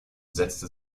setzte